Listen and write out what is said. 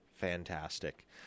Fantastic